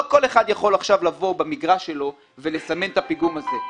לא כל אחד יכול לבוא במגרש שלו ולסמן את הפיגום הזה.